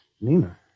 Nina